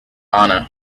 honor